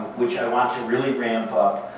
which i want to really ramp up.